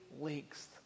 lengths